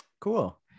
cool